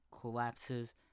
collapses